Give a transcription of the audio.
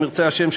אם ירצה השם,